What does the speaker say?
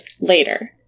later